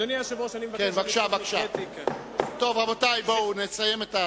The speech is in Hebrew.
אדוני היושב-ראש, אני מבקש, רבותי, בואו נסיים.